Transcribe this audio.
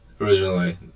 originally